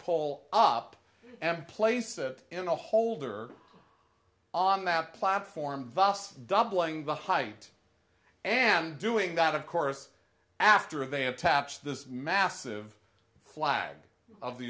pull up and place it in a holder on that platform vos doubling the height and doing that of course after they have taps this massive flag of the